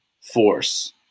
force